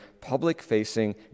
public-facing